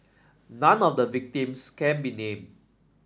none of the victims can be named